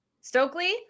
Stokely